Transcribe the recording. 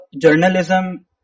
journalism